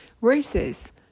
versus